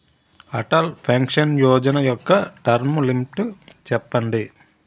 Atal pension Yojana యెక్క term limit ఎంత?